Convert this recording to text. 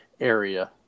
area